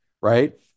Right